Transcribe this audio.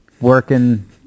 working